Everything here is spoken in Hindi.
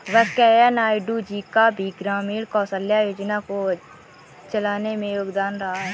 वैंकैया नायडू जी का भी ग्रामीण कौशल्या योजना को चलाने में योगदान रहा है